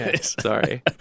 Sorry